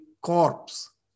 corpse